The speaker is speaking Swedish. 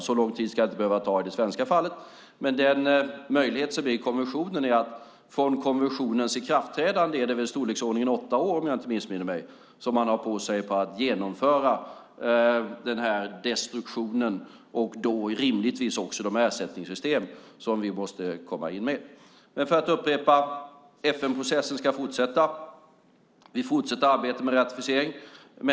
Så lång tid ska det inte behöva ta i det svenska fallet, men den möjlighet som finns i konventionen är att man om jag inte missminner mig har åtta år på sig från konventionens ikraftträdande för att genomföra destruktionen och då rimligtvis också de ersättningssystem vi måste komma in med. För att upprepa: FN-processen ska fortsätta, och vi fortsätter arbetet med ratificering.